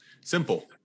Simple